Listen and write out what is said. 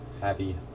Happy